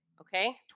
Okay